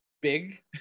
big